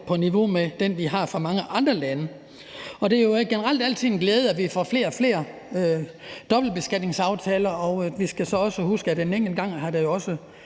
på niveau med dem, vi har med mange andre lande. Det er jo generelt altid en glæde, at vi får flere og flere dobbeltbeskatningsaftaler. Vi skal så også huske, at det en enkelt gang også